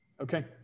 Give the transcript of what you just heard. Okay